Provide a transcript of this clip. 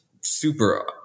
super